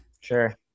Sure